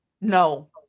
No